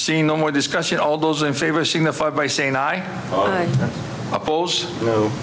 seen no more discussion all those in favor signify by saying i